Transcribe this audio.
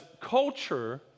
culture